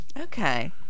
Okay